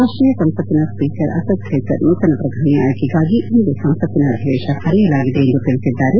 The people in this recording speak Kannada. ರಾಷ್ಟೀಯ ಸಂಸತ್ತಿನ ಸ್ವೀಕರ್ ಅಸದ್ ಖೈಸರ್ ನೂತನ ಪ್ರಧಾನಿ ಆಯ್ಲೆಗಾಗಿ ಇಂದು ಸಂಸತ್ತಿನ ಅಧಿವೇಶನ ಕರೆಯಲಾಗಿದೆ ಎಂದು ತಿಳಿಸಿದ್ದಾರೆ